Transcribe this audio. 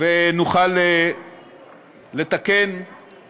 ונוכל לתקן את העיוות הזה.